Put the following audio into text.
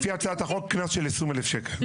לפי הצעת החוק, קנס של 20,000 שקל.